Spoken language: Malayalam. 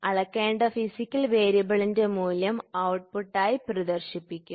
അളക്കേണ്ട ഫിസിക്കൽ വേരിയബിളിന്റെ മൂല്യം ഔട്ട്പുട്ടായി പ്രദർശിപ്പിക്കും